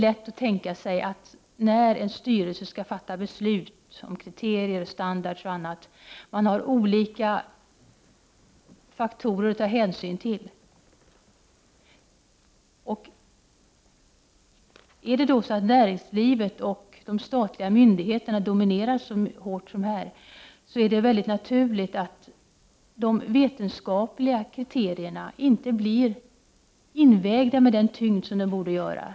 När en styrelse skall fatta beslut om kriterier, standard och annat har man olika faktorer att ta hänsyn till. Om då näringslivet och de statliga myndigheterna dominerar så starkt som i det här fallet, är det naturligt att de vetenskapliga kriterierna inte blir invägda med den tyngd som de borde ha.